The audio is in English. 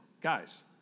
Guys